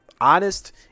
honest